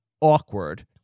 awkward